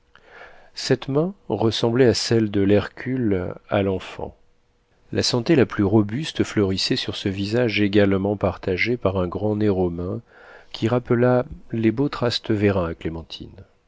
cette main ressemblait à celle de l'hercule à l'enfant la santé la plus robuste fleurissait sur ce visage également partagé par un grand nez romain qui rappela les beaux trasteverins à